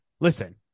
Listen